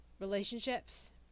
relationships